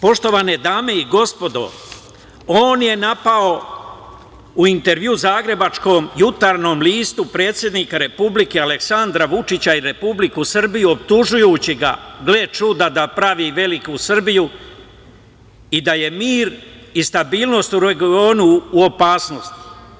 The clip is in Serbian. Poštovane dame i gospodo, on je napao u intervjuu zagrebačkom Jutarnjem listu predsednika Republike Aleksandra Vučića i Republiku Srbiju, optužujući ga, gle čuda, da pravi veliku Srbiju i da je mir i stabilnost u regionu u opasnosti.